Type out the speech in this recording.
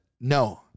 no